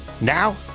Now